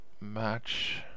match